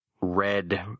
red